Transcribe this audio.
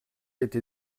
été